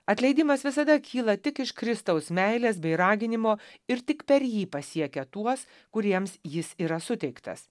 atleidimas visada kyla tik iš kristaus meilės bei raginimo ir tik per jį pasiekia tuos kuriems jis yra suteiktas